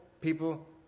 people